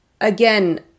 again